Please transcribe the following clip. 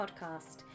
podcast